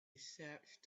searched